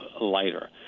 lighter